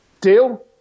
deal